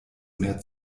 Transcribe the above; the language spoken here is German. mehr